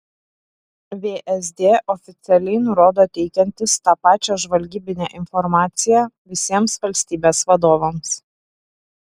vsd oficialiai nurodo teikiantis tą pačią žvalgybinę informaciją visiems valstybės vadovams